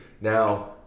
Now